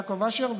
יעקב אשר,